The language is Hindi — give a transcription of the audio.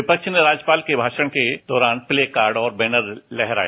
विपक्ष ने राज्यपाल के भाषण के दौरान प्ले कार्ड और बैनर लहराए